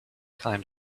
climbed